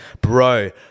bro